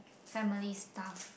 family stuff